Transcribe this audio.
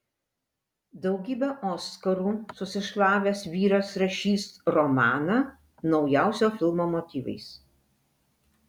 daugybę oskarų susišlavęs vyras rašys romaną naujausio filmo motyvais